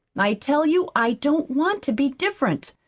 i tell you i don't want to be different!